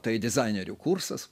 tai dizainerių kursas